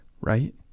right